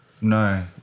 No